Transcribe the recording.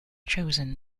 chosen